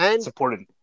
supported